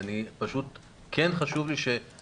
אז אני לא כל כך מבין מה